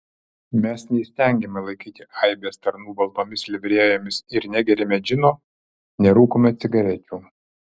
mes neįstengiame laikyti aibės tarnų baltomis livrėjomis ir negeriame džino nerūkome cigarečių